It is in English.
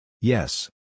Yes